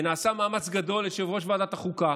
ונעשה מאמץ גדול, יושב-ראש ועדת החוקה,